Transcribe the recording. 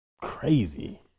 crazy